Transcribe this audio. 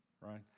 right